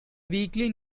weekly